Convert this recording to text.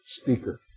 speaker